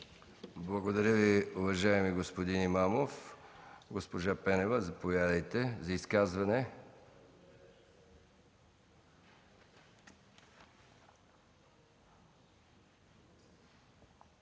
Благодаря Ви, уважаеми господин Имамов. Госпожо Пенева, заповядайте за изказване.